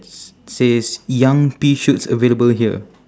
s~ says young pea shoots available here